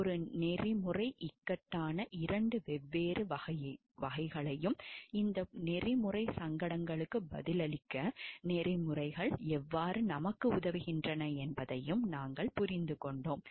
ஒரு நெறிமுறை இக்கட்டானத்தின் 2 வெவ்வேறு வகைகளையும் இந்த நெறிமுறை சங்கடங்களுக்குப் பதிலளிக்க நெறிமுறைகள் எவ்வாறு நமக்கு உதவுகின்றன என்பதையும் நாங்கள் புரிந்துகொண்டோம்